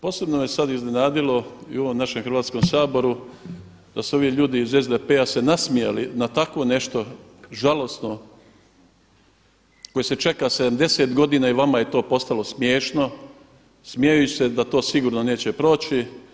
Posebno je sad iznenadilo i u ovom Hrvatskom saboru da su se ovi ljudi iz SDP-a se nasmijali na takvo nešto žalosno koje se čeka 70 godina i vama je to postalo smiješno, smijući se da to sigurno neće proći.